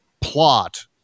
plot